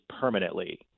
permanently